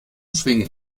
schwingen